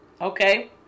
Okay